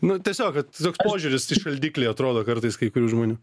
nu tiesiog kad toks požiūris į šaldiklį atrodo kartais kai kurių žmonių